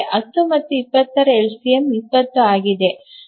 10 ಮತ್ತು 20 ರ ಎಲ್ಸಿಎಂ 20 ಆಗಿದೆ